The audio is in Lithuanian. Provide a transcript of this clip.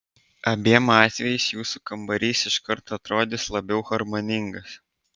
abiem atvejais jūsų kambarys iš karto atrodys labiau harmoningas